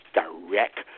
direct